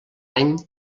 any